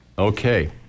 Okay